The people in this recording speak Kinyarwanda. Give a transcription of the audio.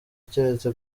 keretse